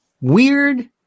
weird